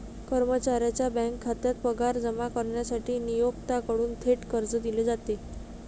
कर्मचाऱ्याच्या बँक खात्यात पगार जमा करण्यासाठी नियोक्त्याकडून थेट कर्ज दिले जाते